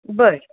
बरं